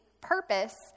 purpose